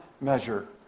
measure